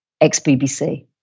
ex-BBC